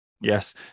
Yes